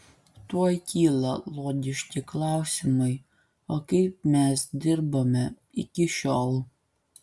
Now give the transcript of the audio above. tuoj kyla logiški klausimai o kaip mes dirbome iki šiol